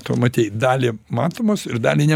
tu matei dalį matomos ir dalį ne